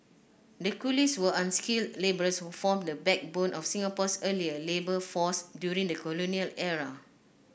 the coolies were unskilled labourers who formed the backbone of Singapore's earlier labour force during the colonial era